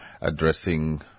addressing